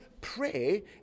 pray